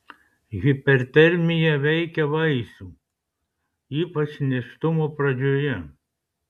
hipertermija veikia vaisių ypač nėštumo pradžioje